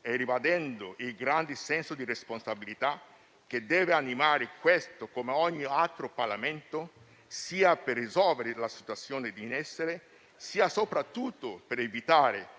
e ribadendo il grande senso di responsabilità che deve animare questo, come ogni altro Parlamento, sia per risolvere la situazione in essere, sia - soprattutto - per evitare